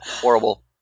horrible